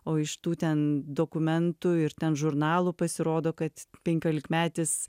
o iš tų ten dokumentų ir ten žurnalų pasirodo kad penkiolikmetis